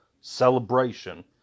celebration